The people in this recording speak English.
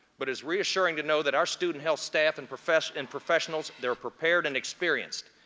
but it's reassuring to know that our student health staff and professionals and professionals they're prepared and experienced,